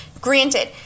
Granted